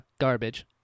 garbage